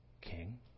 king